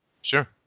Sure